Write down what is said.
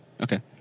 Okay